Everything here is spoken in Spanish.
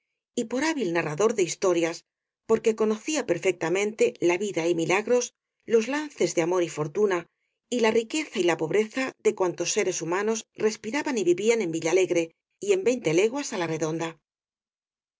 y por hábil narrador de historias porque conocía perfectamente la vida y milagros los lan ces de amor y fortuna y la riqueza y la pobreza de cuantos seres humanos respiraban y vivían en villalegre y en veinte leguas á la redonda